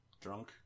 Drunk